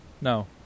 No